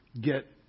get